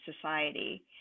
society